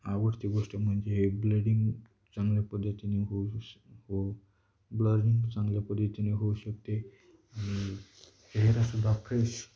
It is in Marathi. आवडती गोष्ट म्हणजे ब्लडिंग चांगल्या पद्धतीने होऊ श हो ब्लडिंग चांगल्या पद्धतीने होऊ शकते आणि हेअरसुद्धा फ्रेश